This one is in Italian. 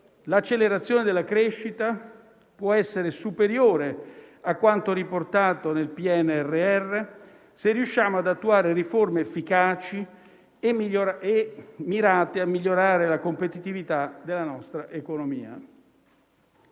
L'accelerazione della crescita può essere superiore a quanto riportato nel PNRR se riusciamo ad attuare riforme efficaci e mirate a migliorare la competitività della nostra economia.